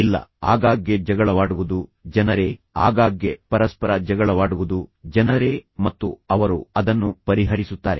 ಇಲ್ಲ ಆಗಾಗ್ಗೆ ಜಗಳವಾಡುವುದು ಜನರೇ ಆಗಾಗ್ಗೆ ಪರಸ್ಪರ ಜಗಳವಾಡುವುದು ಜನರೇ ಮತ್ತು ಅವರು ಅದನ್ನು ಪರಿಹರಿಸುತ್ತಾರೆ